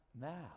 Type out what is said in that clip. now